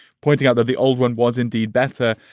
pointing out that the old one was indeed better.